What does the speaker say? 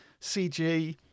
CG